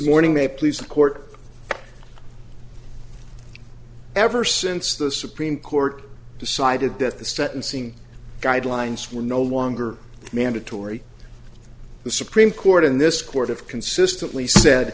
morning they please in court ever since the supreme court decided that the sentencing guidelines were no longer mandatory the supreme court in this court have consistently sa